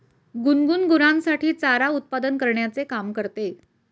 गुनगुन गुरांसाठी चारा उत्पादन करण्याचे काम करते